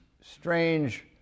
strange